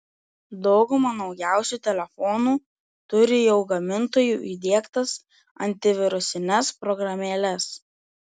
dauguma naujausių telefonų turi jau gamintojų įdiegtas antivirusines programėles